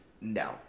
no